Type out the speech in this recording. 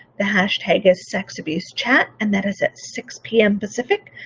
the hash tag is sexbusechat and that is at six pm pacific,